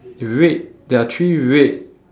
red there are three red